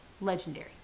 Legendary